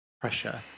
pressure